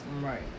Right